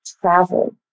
travel